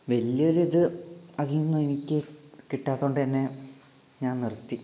വലിയ ഒരു ഇത് അതിൽ നിന്നും എനിക്ക് കിട്ടാത്തതുകൊ ണ്ടുതന്നെ ഞാൻ നിർത്തി